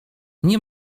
nie